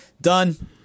Done